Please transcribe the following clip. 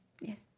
Yes